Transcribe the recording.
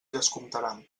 descomptaran